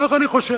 כך אני חושב.